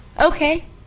Okay